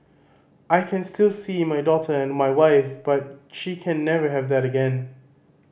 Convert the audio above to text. I can still see my daughter and my wife but she can never have that again